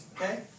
Okay